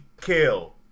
kill